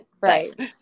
Right